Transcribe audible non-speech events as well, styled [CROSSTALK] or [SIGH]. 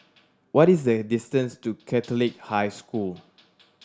[NOISE] what is the distance to Catholic High School